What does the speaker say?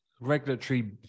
regulatory